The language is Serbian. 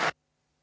Hvala